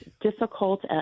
difficult